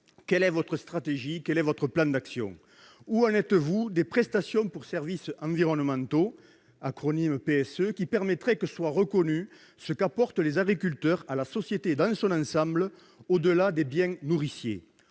quelle est votre stratégie, quel est votre plan d'action ? Où en êtes-vous de la mise en place des prestations pour services environnementaux, ou PSE, qui permettraient que soit reconnu ce qu'apportent les agriculteurs à la société dans son ensemble, au-delà des biens nourriciers ?